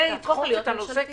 זה ידחוף את הנושא קדימה.